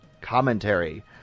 commentary